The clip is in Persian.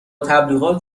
تبلیغات